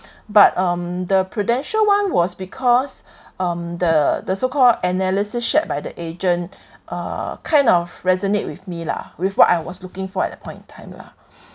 but um the Prudential [one] was because um the the so called analysis shared by the agent uh kind of resonate with me lah with what I was looking for at that point in time lah